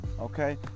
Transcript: okay